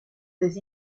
des